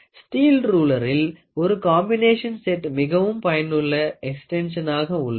steel ரூலரில் ஒரு combination set மிகவும் பயனுள்ள எக்ஸ்ட்டென்ஷனாக உள்ளது